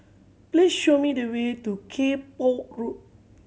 please show me the way to Kay Poh Road